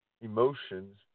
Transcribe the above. emotions